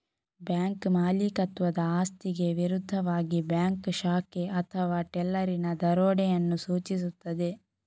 bank ಮಾಲೀಕತ್ವದ ಆಸ್ತಿಗೆ ವಿರುದ್ಧವಾಗಿ ಬ್ಯಾಂಕ್ ಶಾಖೆ ಅಥವಾ ಟೆಲ್ಲರಿನ ದರೋಡೆಯನ್ನು ಸೂಚಿಸುತ್ತದೆ